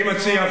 אני מציע,